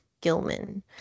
Gilman